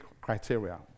criteria